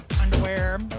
underwear